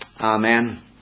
Amen